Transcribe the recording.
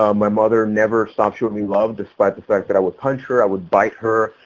um my mother never stopped showing me love despite the fact that i would punch her, i would bite her,